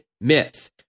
myth